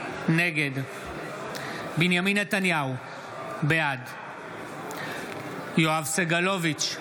נגד בנימין נתניהו, בעד יואב סגלוביץ'